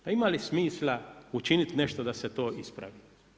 Pa ima li smisla učiniti nešto da se to ispravi?